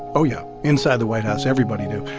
oh, yeah. inside the white house, everybody knew,